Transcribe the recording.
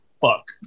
fuck